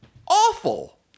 awful